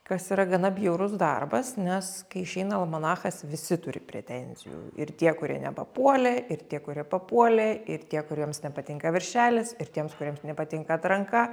kas yra gana bjaurus darbas nes kai išeina almanachas visi turi pretenzijų ir tie kurie nepapuolė ir tie kurie papuolė ir tie kuriems nepatinka viršelis ir tiems kuriems nepatinka atranka